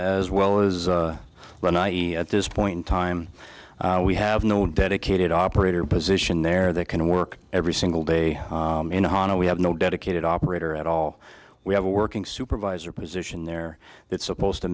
as well as when i eat at this point in time we have no dedicated operator position there that can work every single day in a honda we have no dedicated operator at all we have a working supervisor position there that's supposed to